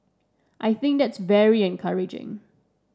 I think that's very encouraging